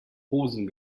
posen